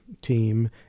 team